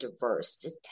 diverse